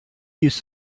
use